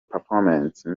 performance